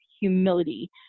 Humility